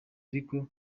ariko